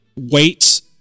weights